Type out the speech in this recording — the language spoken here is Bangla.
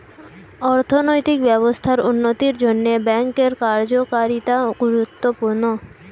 অর্থনৈতিক ব্যবস্থার উন্নতির জন্যে ব্যাঙ্কের কার্যকারিতা গুরুত্বপূর্ণ